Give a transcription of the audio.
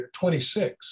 26